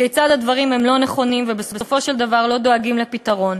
כיצד הדברים הם לא נכונים ובסופו של דבר לא דואגים לפתרון.